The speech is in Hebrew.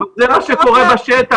זה מה שקורה בשטח.